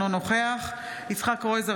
אינו נוכח יצחק קרויזר,